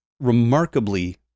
remarkably